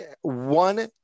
one